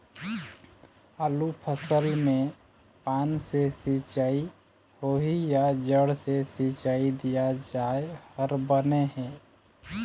आलू फसल मे पान से सिचाई होही या जड़ से सिचाई दिया जाय हर बने हे?